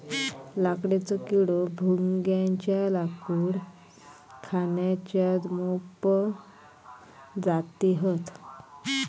लाकडेचो किडो, भुंग्याच्या लाकूड खाण्याच्या मोप जाती हत